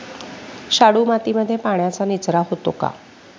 शाडू मातीमध्ये पाण्याचा निचरा होतो का?